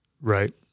Right